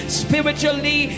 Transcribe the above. spiritually